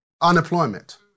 unemployment